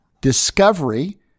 discovery